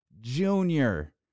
Junior